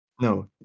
No